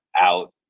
out